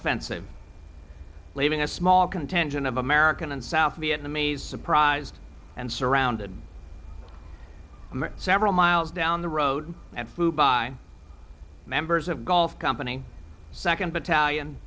offensive leaving a small contingent of american and south vietnamese surprised and surrounded several miles down the road at phu by members of gulf company second battalion